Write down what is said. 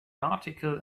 article